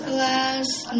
last